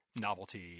novelty